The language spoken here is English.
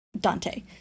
Dante